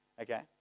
Okay